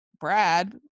Brad